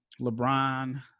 LeBron